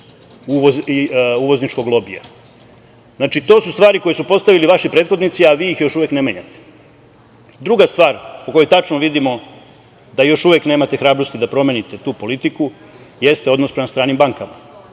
uvozničkog lobija. Znači, to su stvari koje su postavili vaši prethodnici, a vi ih još uvek ne menjate. Druga stvar, u kojoj tačno vidimo da još uvek nemate hrabrosti da promenite tu politiku, jeste odnos prema stranim bankama,